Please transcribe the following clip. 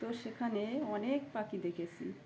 তো সেখানে অনেক পাখি দেখেছি